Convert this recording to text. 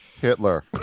Hitler